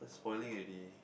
spoiling already